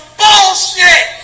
bullshit